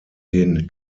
den